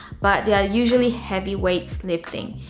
but they are usually heavy weights lifting.